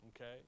Okay